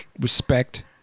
respect